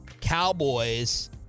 Cowboys